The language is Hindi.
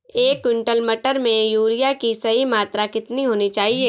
एक क्विंटल मटर में यूरिया की सही मात्रा कितनी होनी चाहिए?